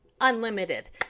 unlimited